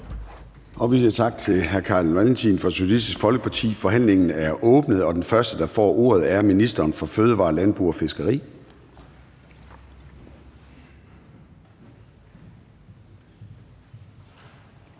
Vi siger tak til hr. Carl Valentin fra Socialistisk Folkeparti. Forhandlingen er åbnet, og den første, der får ordet, er ministeren for fødevarer, landbrug og fiskeri.